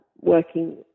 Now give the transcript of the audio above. working